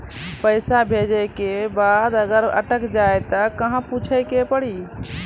पैसा भेजै के बाद अगर अटक जाए ता कहां पूछे के पड़ी?